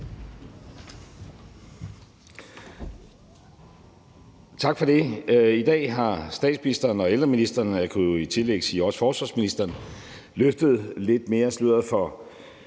Tak for det. I dag har statsministeren og ældreministeren, og jeg kunne i tillæg sige også forsvarsministeren, løftet lidt mere af sløret for